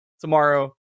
tomorrow